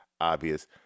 obvious